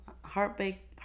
heartbreak